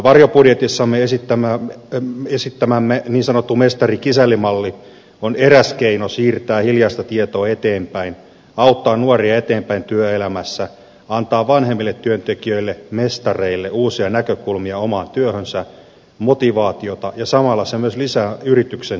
varjobudjetissamme esittämämme niin sanottu mestarikisälli malli on eräs keino siirtää hiljaista tietoa eteenpäin auttaa nuoria eteenpäin työelämässä antaa vanhemmille työntekijöille mestareille uusia näkökulmia omaan työhönsä motivaatiota ja samalla se myös lisää yrityksen tietopääomaa